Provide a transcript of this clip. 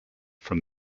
from